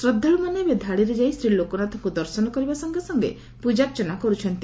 ଶ୍ରଦ୍ବାଳୁମାନେ ଏବେ ଧାଡିରେଯାଇ ଶ୍ରୀଲୋକନାଥଙ୍କ ଦର୍ଶନ କରିବା ସଙ୍ଙେ ସଙ୍ଙେ ପୂଜାର୍ଚ୍ଚନା କରୁଛନ୍ତି